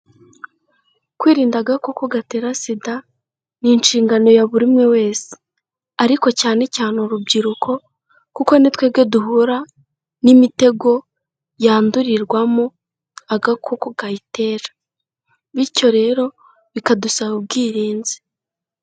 Kwirinda agakoko gatera SIDA ni inshingano ya buri umwe wese ariko cyane cyane urubyiruko kuko ni twebwe duhura n'imitego yandurirwamo agakoko kayitera, bityo rero bikadusaba ubwirinzi.